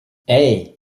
hey